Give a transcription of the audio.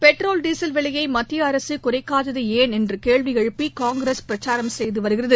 petrol diesel விலையை மத்திய அரசு குறைக்காதது ஏன் என்று கேள்வி எழுப்பி காங்கிரஸ் பிரச்சாரம் செய்து வருகிறது